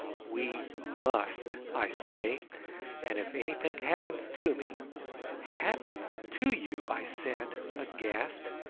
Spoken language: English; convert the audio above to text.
we must, i say and if anything happens to me happens to you! i said aghast.